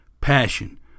Passion